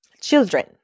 Children